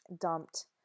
dumped